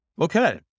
Okay